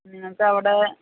നിങ്ങൾക്കവിടെ